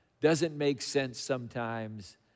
doesn't-make-sense-sometimes